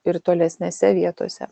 ir tolesnėse vietose